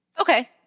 Okay